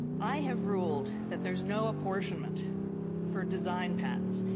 i have ruled that there's no apportionment for design patents.